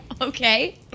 Okay